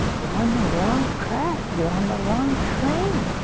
you're on the wrong track, you're on the wrong train,